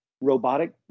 robotic